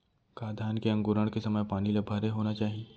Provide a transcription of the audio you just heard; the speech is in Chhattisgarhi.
का धान के अंकुरण के समय पानी ल भरे होना चाही?